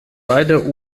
beide